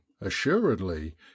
assuredly